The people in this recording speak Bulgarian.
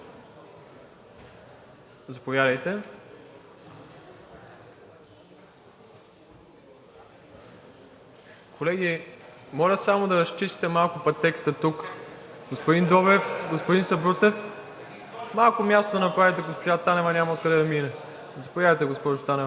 ли думата? Колеги, моля само да разчистите малко пътеката. Господин Добрев, господин Сабрутев, малко място направете, защото госпожа Танева няма откъде да мине. Заповядайте, госпожо Танева